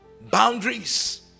boundaries